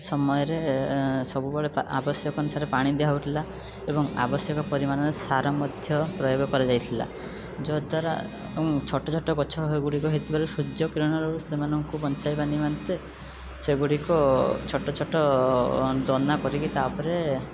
ସମୟରେ ସବୁବେଳେ ପା ଆବଶ୍ୟକ ଅନୁସାରେ ପାଣି ଦିଆ ହଉଥିଲା ଏବଂ ଆବଶ୍ୟକ ପରିମାଣରେ ସାର ମଧ୍ୟ ପ୍ରୟୋଗ କରାଯାଇଥିଲା ଯଦ୍ୱାରା ଏବଂ ଛୋଟ ଛୋଟ ଗଛଗୁଡ଼ିକ ହେଇଥିବାରୁ ସୂର୍ଯ୍ୟ କିରଣରୁ ସେମାନଙ୍କୁ ବଞ୍ଚାଇବା ନିମନ୍ତେ ସେଗୁଡ଼ିକ ଛୋଟ ଛୋଟ ଦନା କରିକି ତା'ପରେ